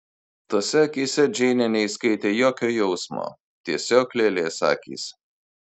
tose akyse džeinė neįskaitė jokio jausmo tiesiog lėlės akys